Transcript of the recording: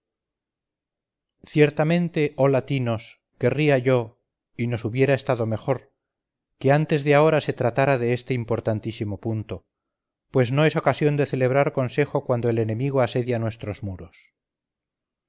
ciertamente oh latinos querría yo y nos hubiera estado mejor que antes de ahora se tratara de este importantísimo punto pues no es ocasión de celebrar consejo cuando el enemigo asedia nuestros muros